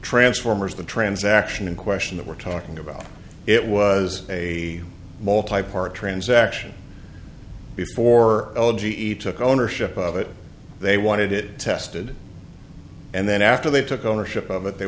transformers the transaction in question that we're talking about it was a mall type our transaction before elegy eat took ownership of it they wanted it tested and then after they took ownership of it they